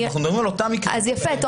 אנחנו מדברים על אותם מקרים --- אני מתחברת